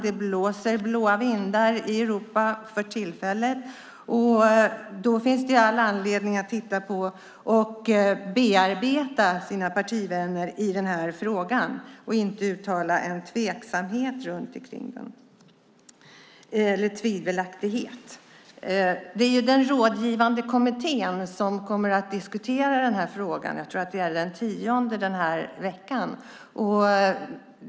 Det blåser blå vindar i Europa för tillfället. Då finns det all anledning för ministern att bearbeta sina partivänner i den här frågan och inte uttala en tveksamhet kring den. Den rådgivande kommittén kommer att diskutera denna fråga - jag tror att det är den 10 december, den här veckan.